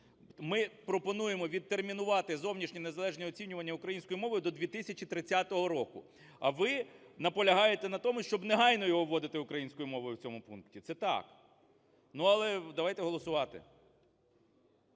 Ми пропонуємовідтермінувати зовнішні незалежні оцінювання українською мовою до 2030 року. Ви наполягаєте на тому, щоб негайно його вводити українською мовою в цьому пункті. Це так. Ну, але давайте голосувати.